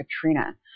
Katrina